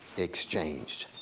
exchanged.